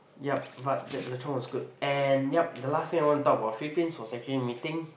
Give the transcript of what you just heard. yup but the lechon was good and yup the last thing I want to talk about is Philippines was actually meeting